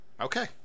Okay